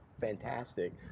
fantastic